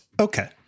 Okay